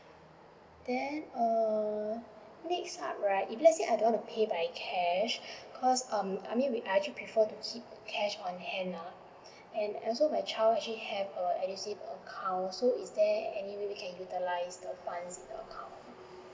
then err next time right if let's say I don't want to pay by cash cause um I mean we I actually prefer to keep cash on hand lah and also my child actually has a edusave account so is there anyway that we can actually utilize the fund in the account